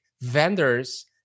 vendors